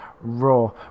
Raw